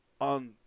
on